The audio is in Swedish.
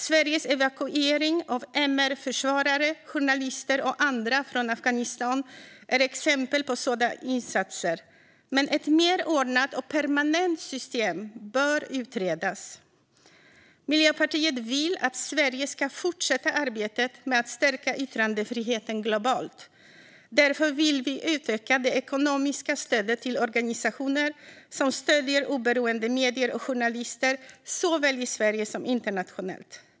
Sveriges evakuering av MR-försvarare, journalister och andra från Afghanistan är exempel på sådana insatser, men ett mer ordnat och permanent system bör utredas. Miljöpartiet vill att Sverige ska fortsätta arbetet med att stärka yttrandefriheten globalt. Därför vi vill utöka det ekonomiska stödet till organisationer som stöder oberoende medier och journalister, såväl i Sverige som internationellt.